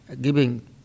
giving